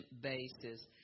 basis